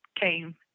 came